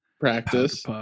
practice